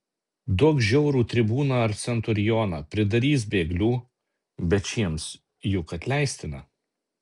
duok žiaurų tribūną ar centurioną pridarys bėglių bet šiems juk atleistina